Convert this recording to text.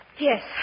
Yes